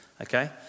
okay